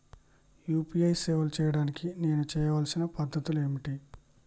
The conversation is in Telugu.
యూ.పీ.ఐ సేవలు చేయడానికి నేను చేయవలసిన పద్ధతులు ఏమిటి?